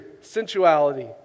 sensuality